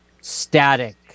static